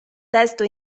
testo